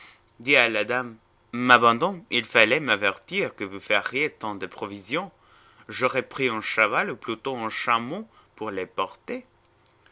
la dame ma bonne dame il fallait m'avertir que vous feriez tant de provisions j'aurais pris un cheval ou plutôt un chameau pour les porter